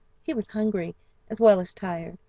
he was hungry as well as tired,